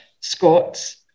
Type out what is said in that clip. Scots